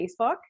Facebook